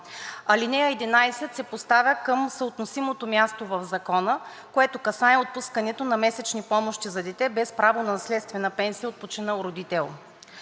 Алинея 11 се поставя към съотносимото място в Закона, което касае отпускането на месечни помощи за дете без право на наследствена пенсия от починал родител.